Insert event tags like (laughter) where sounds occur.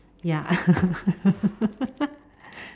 ya (laughs)